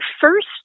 first